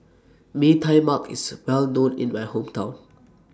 Mee Tai Mak IS Well known in My Hometown